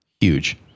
Huge